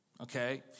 okay